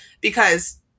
Because-